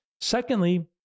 Secondly